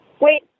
Wait